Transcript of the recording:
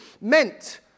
meant